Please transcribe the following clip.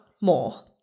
more